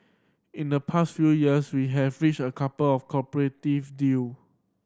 in the past few years we have reached a couple of cooperative deal